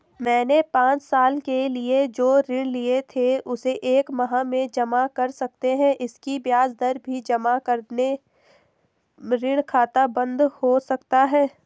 मैंने पांच साल के लिए जो ऋण लिए थे उसे एक माह में जमा कर सकते हैं इसकी ब्याज दर भी जमा करके ऋण खाता बन्द हो सकता है?